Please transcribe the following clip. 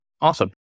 Awesome